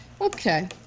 okay